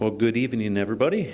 well good evening everybody